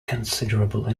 considerable